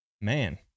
Man